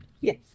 Yes